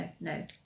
no